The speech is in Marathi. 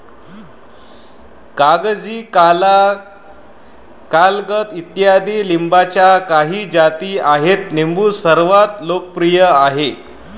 कागजी, काला, गलगल इत्यादी लिंबाच्या काही जाती आहेत लिंबू सर्वात लोकप्रिय आहे